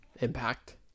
Impact